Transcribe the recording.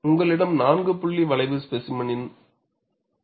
உங்களிடம் நான்கு புள்ளி வளைவு ஸ்பேசிமென் உள்ளது